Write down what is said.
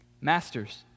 Masters